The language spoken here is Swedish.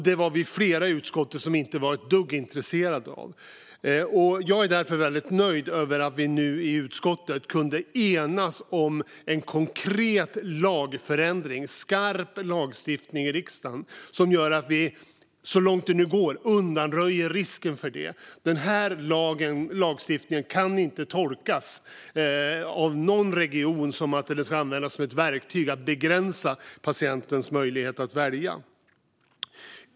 Det var vi flera i utskottet som inte var ett dugg intresserade av, och jag är därför väldigt nöjd över att vi i utskottet kunde enas om en konkret lagförändring, en skarp lagstiftning i riksdagen, som gör att vi, så långt det nu går, undanröjer risken för det. Den här lagstiftningen kan inte av någon region tolkas som ett verktyg för att begränsa patientens möjlighet att välja.